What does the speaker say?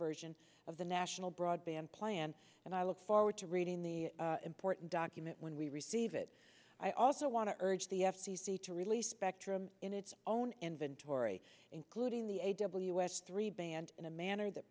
version of the national broadband plan and i look forward to reading the important document when we receive it i also want to urge the f c c to release spectrum in its own inventory including the a w s three band in a manner that